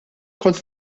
kont